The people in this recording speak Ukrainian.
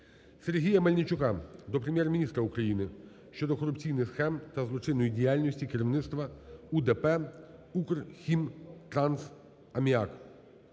Сергія Мельничука до Прем'єр-міністра України щодо корупційних схем та злочинної діяльності керівництва УДП "Укрхімтрансаміак".